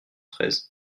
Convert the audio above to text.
treize